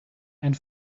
and